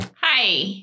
Hi